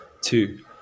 two